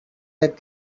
that